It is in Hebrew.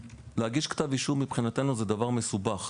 להגיש כתב אישום מבחינתנו זה דבר מסובך,